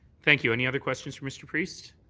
thank you. any other questions for mr. priest?